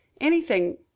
Anything